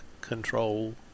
control